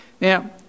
Now